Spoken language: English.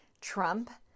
Trump